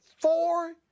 four